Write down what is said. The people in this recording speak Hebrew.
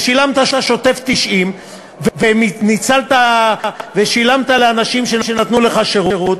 ושילמת שוטף פלוס 90 ושילמת לאנשים שנתנו לך שירות.